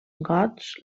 gots